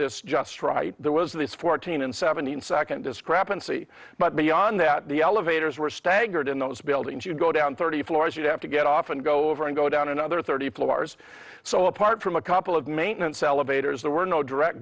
this just right there was this fourteen and seventeen second discrepancy but beyond that the elevators were staggered in those buildings you go down thirty floors you have to get off and go over and go down another thirty floors so apart from a couple of maintenance elevators there were no direct